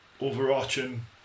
overarching